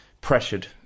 pressured